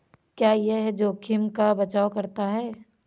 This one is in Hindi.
क्या यह जोखिम का बचाओ करता है?